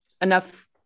enough